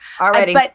Already